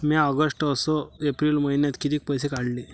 म्या ऑगस्ट अस एप्रिल मइन्यात कितीक पैसे काढले?